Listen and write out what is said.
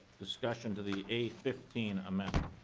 discussion to the a fifteen amendment?